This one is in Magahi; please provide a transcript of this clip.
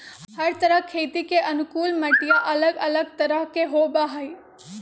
हर तरह खेती के अनुकूल मटिया अलग अलग तरह के होबा हई